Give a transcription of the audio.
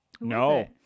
No